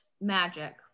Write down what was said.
magic